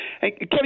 Kevin